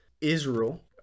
israel